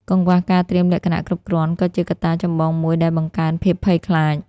កង្វះការត្រៀមលក្ខណៈគ្រប់គ្រាន់ក៏ជាកត្តាចម្បងមួយដែលបង្កើនភាពភ័យខ្លាច។